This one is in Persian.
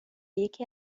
یکی